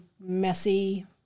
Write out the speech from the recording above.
messy